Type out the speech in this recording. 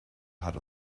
hat